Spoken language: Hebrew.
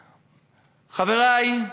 חברי,